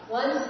one